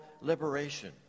liberation